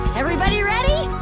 everybody ready?